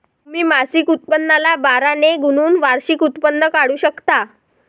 तुम्ही मासिक उत्पन्नाला बारा ने गुणून वार्षिक उत्पन्न काढू शकता